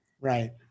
Right